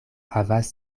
havas